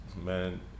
man